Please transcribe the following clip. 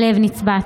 הלב נצבט.